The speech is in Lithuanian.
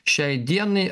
šiai dienai